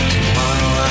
Tomorrow